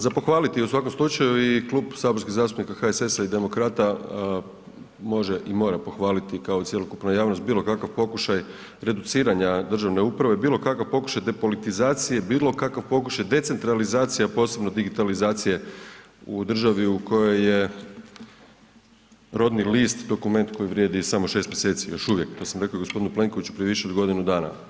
Za pohvaliti je u svakom slučaju i Klub saborskih zastupnika HSS-a i demokrata može i mora pohvaliti kao i cjelokupnu javnost bilo kakav pokušaj reduciranja državne uprave, bilo kakav pokušaj depolitizacije, bilo kakav pokušaj decentralizacije, a posebno digitalizacije u državi u kojoj je rodni list dokument koji vrijedi samo 6 mjeseci još uvijek, to sam rekao i g. Plenkoviću prije više od godinu dana.